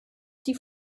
die